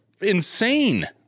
insane